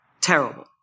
terrible